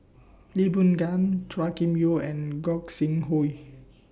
Lee Boon Ngan Chua Kim Yeow and Gog Sing Hooi